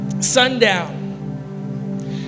sundown